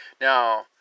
Now